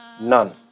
none